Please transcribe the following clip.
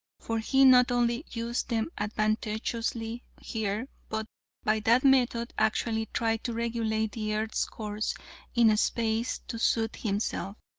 for he not only used them advantageously here, but by that method actually tried to regulate the earth's course in space to suit himself.